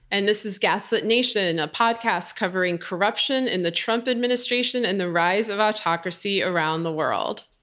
and this is gaslit nation, a podcast covering corruption in the trump administration and the rise of autocracy around the world.